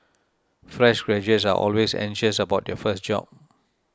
fresh graduates are always anxious about their first job